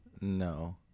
No